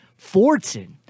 Fortson